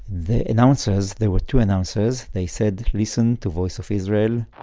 the announcers, there were two announcers. they said, listen to voice of israel.